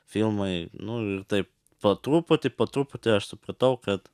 filmai nu ir taip po truputį po truputį aš supratau kad